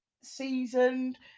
seasoned